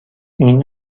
این